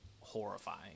horrifying